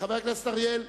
חבר הכנסת אריאל?